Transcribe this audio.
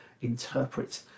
interpret